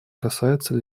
касается